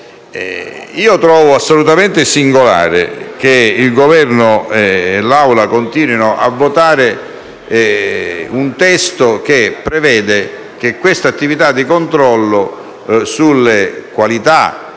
Trovo assolutamente singolare che il Governo e l'Assemblea continuino a votare un testo che prevede che l'attività di controllo sulle possibilità